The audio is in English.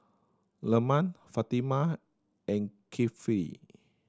Leman Fatimah and Kifli